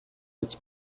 its